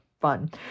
fun